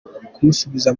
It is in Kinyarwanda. kumusubiza